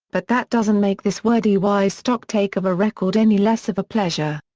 but that doesn't make this wordy wise stocktake of a record any less of a pleasure.